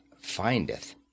findeth